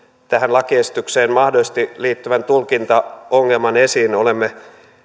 tähän lakiesitykseen mahdollisesti liittyvän tulkintaongelman esiin olemme